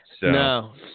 No